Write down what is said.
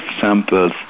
samples